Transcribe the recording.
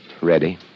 Ready